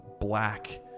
black